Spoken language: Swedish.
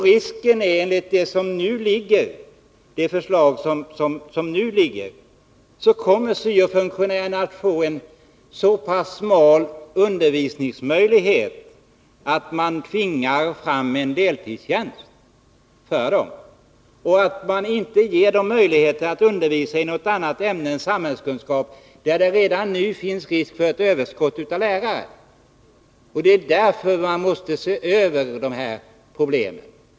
Risken är, enligt det förslag som nu ligger, att syo-funktionärerna kommer att få en så pass smal undervisningsmöjlighet att man tvingar fram deltidstjänster för dem och inte ger dem möjligheter att undervisa i något annat ämne än samhällskunskap, där det redan nu finns risk för överskott av lärare. Därför måste man se över dessa problem.